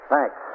Thanks